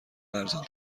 ارزان